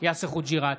יאסר חוג'יראת,